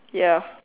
ya